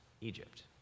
Egypt